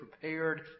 prepared